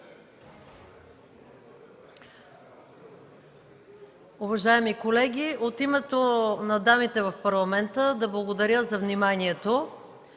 Уважаеми колеги, от името на дамите в Парламента да благодаря за вниманието.